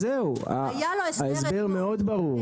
זהו, ההדר מאוד ברור.